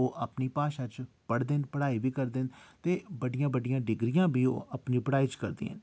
ओह् अपनी भाशा च पढ़दे न पढ़ाई बी करदे न ते बड्डियां बड्डियां डिग्रियां बी ओह् अपनी पढ़ाई च करदे न